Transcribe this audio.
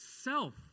self